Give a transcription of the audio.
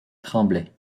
tremblaient